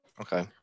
Okay